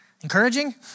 Encouraging